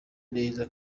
neza